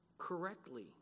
Correctly